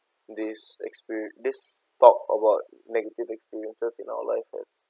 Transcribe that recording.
this experience this talk about negative experiences in our life